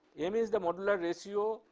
m is the modular ratio,